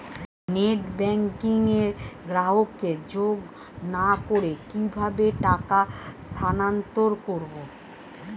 Net banking এ গ্রাহককে যোগ না করে কিভাবে টাকা স্থানান্তর করব?